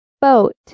Boat